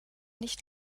nicht